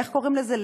איך קוראים לזה,